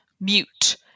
mute